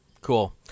Cool